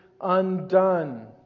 undone